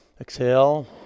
Exhale